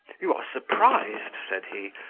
you are surprised, said he,